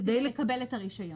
כדי לקבל את הרישיון.